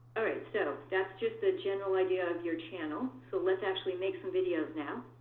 alright so that's just the general idea of your channel. so let's actually make some videos now